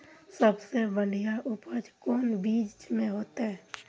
सबसे बढ़िया उपज कौन बिचन में होते?